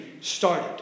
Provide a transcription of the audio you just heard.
started